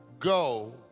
go